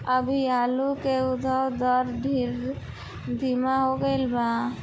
अभी आलू के उद्भव दर ढेर धीमा हो गईल बा